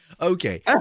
Okay